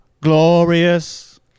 Glorious